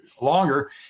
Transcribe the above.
longer